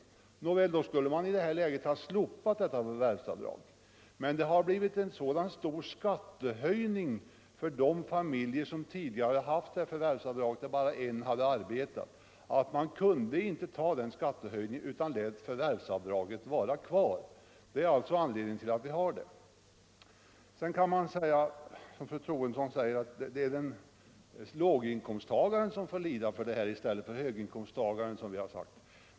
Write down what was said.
I det här läget skulle man väl ha slopat förvärvsavdraget, men det hade blivit en så stor skattehöjning för de familjer som tidigare hade förvärvsavdrag och där bara en hade arbete, att man inte kunde ta den, utan lät förvärvsavdraget vara kvar. Det är anledningen till att vi har det. Fru Troedsson säger att det är låginkomsttagaren som får lida för detta i stället för höginkomsttagaren, som vi har sagt.